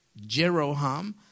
Jeroham